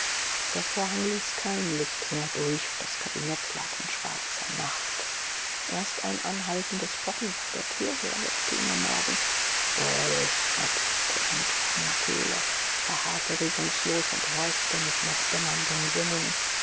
der vorhang ließ kein licht mehr durch und das kabinett lag in schwarzer nacht erst ein anhaltendes pochen von der tür her weckte ihn am morgen well antwortete er mit trockener kehle verharrte regungslos und horchte mit noch dämmernden sinnen